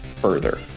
further